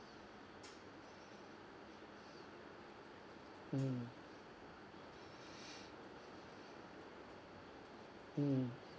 mm mm